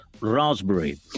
Raspberry